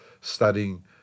studying